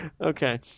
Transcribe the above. Okay